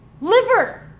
liver